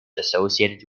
associated